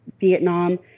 Vietnam